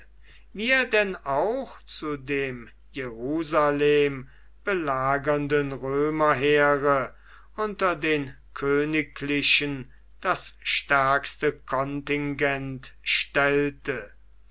denn auch zu dem jerusalem belagernden römerheere unter den königlichen das stärkste kontingent stellte